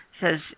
says